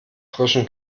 frischem